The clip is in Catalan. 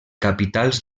capitals